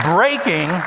Breaking